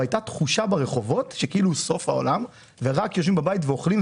היתה תחושה ברחובות של סוף העולם ורק יושבים בבית ואוכלים.